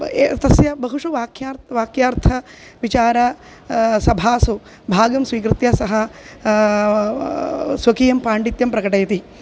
एतस्य बहुषु वाख्यार्थाः वाक्यार्थविचाराः सभासु भागं स्वीकृत्य सः स्वकीयं पाण्डित्यं प्रकटयति